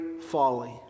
folly